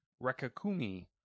Rekakumi